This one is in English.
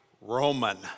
Roman